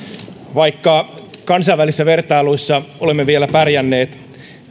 vaikka kansainvälisissä vertailuissa olemme vielä pärjänneet